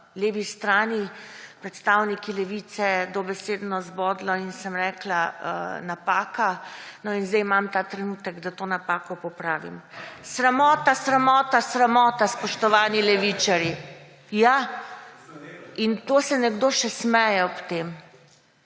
levi strani predstavniki Levice, dobesedno zbodlo in sem rekla – napaka. In sedaj imam ta trenutek, da to napako popravim. Sramota, sramota, sramota, spoštovani levičarji. / oglašanje iz dvorane/ Ja, in to se nekdo še smeje ob tem.